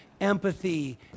empathy